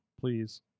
please